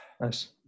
Nice